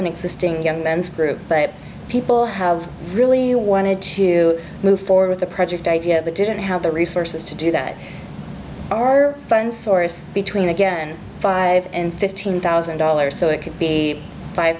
an existing young men's group but people have really wanted to move forward with the project idea but didn't have the resources to do that our own source between again five and fifteen thousand dollars so it could be five